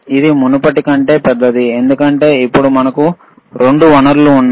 ఇది మునుపటి కంటే పెద్దది ఎందుకంటే ఇప్పుడు మనకు రెండు వనరులు ఉన్నాయి